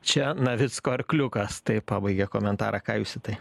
čia navicko arkliukas taip pabaigia komentarą ką jūs į tai